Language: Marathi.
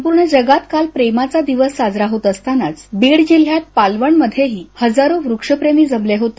संपूर्ण जगात काल प्रेमाचा दिवस साजराहोत असतानाच बीड जिल्ह्यात पालवणमध्येही हजारो वृक्षप्रेमी जमले होते